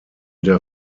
der